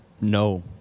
no